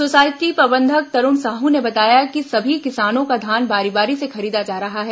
society प्रबंधक तरुण साहू ने बताया कि सभी किसानों का धान बारी बारी से खरीदा जा रहा है